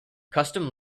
custom